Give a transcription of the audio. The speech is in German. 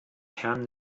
herrn